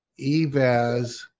Evaz